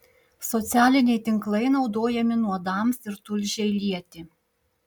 socialiniai tinklai naudojami nuodams ir tulžiai lieti